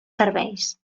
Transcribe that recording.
serveis